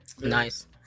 Nice